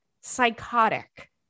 psychotic